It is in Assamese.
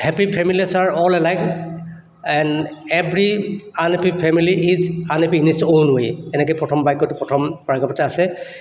happy families are all alike and every unhappy family is unhappy in its own way এনেকৈ প্ৰথম বাক্যটো প্ৰথম পেৰেগ্ৰাফতে আছে